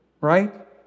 right